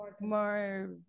more